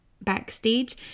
backstage